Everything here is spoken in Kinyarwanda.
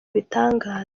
ibitangaza